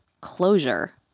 closure